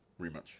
rematch